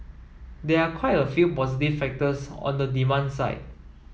there are quite a few positive factors on the demand side